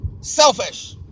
Selfish